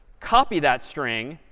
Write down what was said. copy that string,